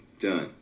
done